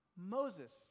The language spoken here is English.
Moses